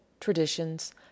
traditions